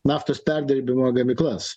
naftos perdirbimo gamyklas